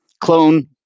Clone